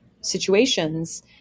situations